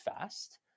fast